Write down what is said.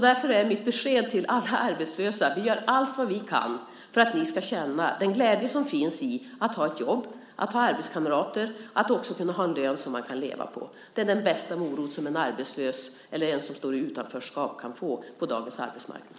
Därför är mitt besked till alla arbetslösa att vi gör allt vad vi kan för att de ska känna den glädje som finns i att ha ett jobb, arbetskamrater och en lön som det går att leva på. Det är den bästa morot som en arbetslös eller en som befinner sig i ett utanförskap kan få på dagens arbetsmarknad.